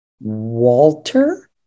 Walter